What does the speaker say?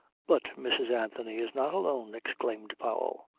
but mrs anthony is not alone, exclaimed powell.